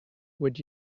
would